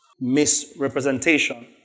misrepresentation